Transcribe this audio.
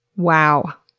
wow.